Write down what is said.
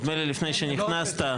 לפני שנכנסת,